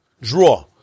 Draw